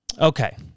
okay